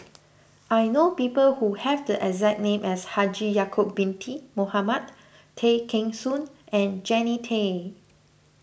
I know people who have the exact name as Haji Ya'Acob Binty Mohamed Tay Kheng Soon and Jannie Tay